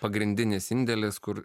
pagrindinis indėlis kur